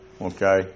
Okay